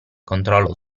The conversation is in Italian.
controllo